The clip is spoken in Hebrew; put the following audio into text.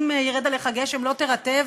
אם ירד עליך גשם, לא תירטב?